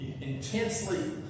intensely